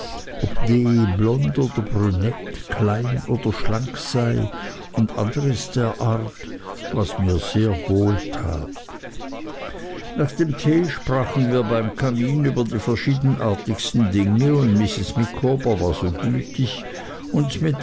ob d blond oder brünett klein oder schlank sei und anderes der art was mir sehr wohl tat nach dem tee sprachen wir beim kamin über die verschiedenartigsten dinge und mrs micawber war so gütig uns mit